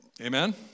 Amen